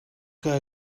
que